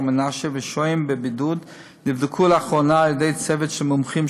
מנשה והשוהים בבידוד נבדקו לאחרונה על ידי צוות מומחים,